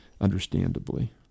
understandably